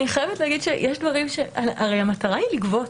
אני חייבת לומר שהרי המטרה היא לגבות,